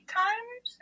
times